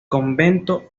convento